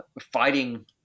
fighting